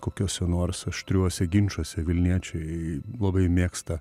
kokiuose nors aštriuose ginčuose vilniečiai labai mėgsta